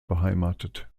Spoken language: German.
beheimatet